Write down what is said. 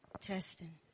Testing